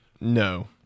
No